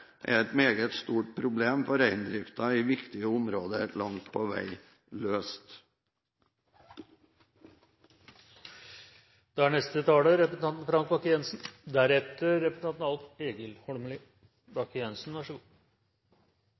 er et meget stort problem for reindriften i viktige områder langt på vei